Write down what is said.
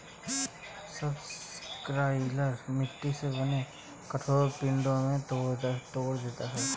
subsoiler मिट्टी से बने कठोर पिंडो को तोड़ देता है